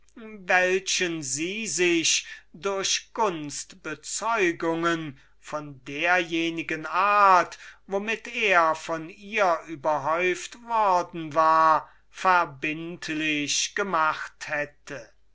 welchem sie sich durch gunst bezeugungen von derjenigen art womit er von ihr überhäuft worden war verbindlich gemacht hätte